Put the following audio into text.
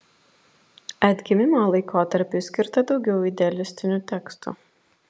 atgimimo laikotarpiui skirta daugiau idealistinių tekstų